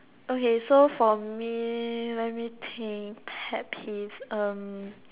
okay so for me let me think pet peeves um